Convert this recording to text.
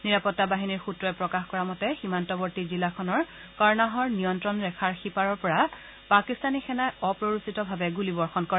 নিৰাপত্তা বাহিনীৰ সূত্ৰই প্ৰকাশ কৰা মতে সীমান্তবৰ্তী জিলাখনৰ কৰ্ণাহৰ নিয়ন্তণৰ ৰেখাৰ সিপাৰৰ পৰা পাকিস্তানী সেনাই অপ্ৰৰোচিতভাৱে গুলীবৰ্ষণ কৰে